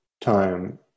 time